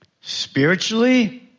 spiritually